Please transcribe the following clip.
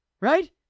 Right